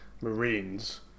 Marines